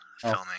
filming